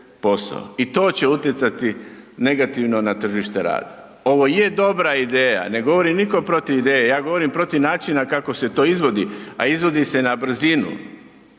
i to će utjecati negativno na tržište rada. Ovo je dobra ideja, ne govori niko protiv ideje, ja govorim protiv načina kako se to izvodi, a izvodi se na brzinu.